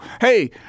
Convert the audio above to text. Hey